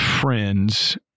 friends